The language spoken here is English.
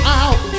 out